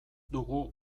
dugu